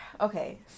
Okay